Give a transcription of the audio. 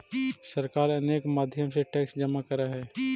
सरकार अनेक माध्यम से टैक्स जमा करऽ हई